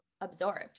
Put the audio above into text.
absorbed